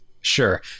Sure